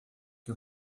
que